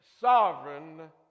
sovereign